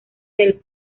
del